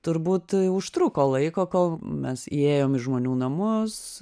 turbūt užtruko laiko kol mes įėjom į žmonių namus